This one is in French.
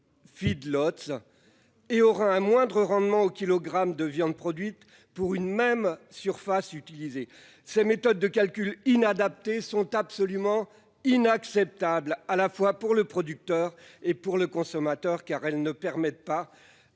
et a un moindre rendement au kilogramme de viande produite pour une même surface utilisée. Ces méthodes de calcul inadaptées sont absolument inacceptables, tant pour le producteur que pour le consommateur, car elles ne permettent pas